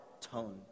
tone